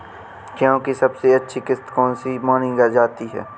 गेहूँ की सबसे अच्छी किश्त कौन सी मानी जाती है?